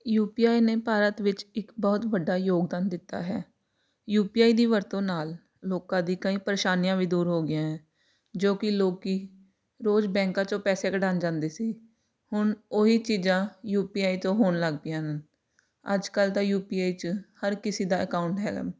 you P I ਨੇ ਭਾਰਤ ਵਿੱਚ ਇੱਕ ਬਹੁਤ ਵੱਡਾ ਯੋਗਦਾਨ ਦਿੱਤਾ ਹੈ ਯੂ ਪੀ ਆਈ ਦੀ ਵਰਤੋਂ ਨਾਲ ਲੋਕਾਂ ਦੀ ਕਈ ਪ੍ਰੇਸ਼ਾਨੀਆਂ ਵੀ ਦੂਰ ਹੋ ਗਈਆਂ ਹੈ ਜੋ ਕਿ ਲੋਕ ਰੋਜ਼ ਬੈਂਕਾਂ 'ਚੋਂ ਪੈਸੇ ਕਢਵਾਉਣ ਜਾਂਦੇ ਸੀ ਹੁਣ ਉਹ ਹੀ ਚੀਜ਼ਾਂ ਯੂ ਪੀ ਆਈ ਤੋਂ ਹੋਣ ਲੱਗ ਪਈਆਂ ਹਨ ਅੱਜ ਕੱਲ੍ਹ ਤਾਂ ਯੂ ਪੀ ਆਈ 'ਚ ਹਰ ਕਿਸੇ ਦਾ ਅਕਾਊਂਟ ਹੈਗਾ